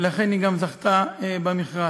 ולכן היא גם זכתה במכרז.